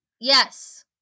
Yes